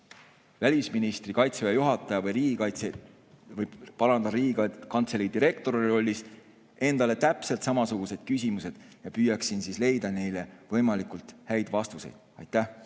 välisministri, Kaitseväe juhataja või Riigikantselei direktori rollis endale täpselt samasugused küsimused ja püüaksin leida neile võimalikult head vastused. Aitäh!